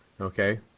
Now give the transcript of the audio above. Okay